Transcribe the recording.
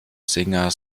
singer